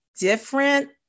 different